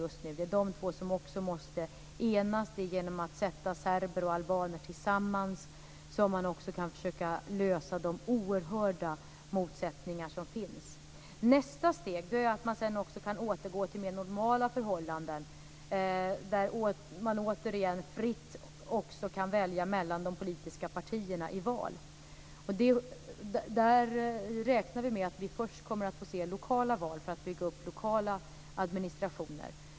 Det är de två som måste enas. Genom att sätta serber och albaner tillsammans kan man försöka lösa de oerhörda motsättningar som finns. I nästa steg kan man sedan återgå till mer normala förhållanden, där man återigen fritt kan välja mellan de politiska partierna i val. Vi räknar med att man först kommer att få se lokala val för att bygga upp lokal administration.